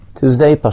Tuesday